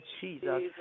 Jesus